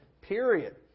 period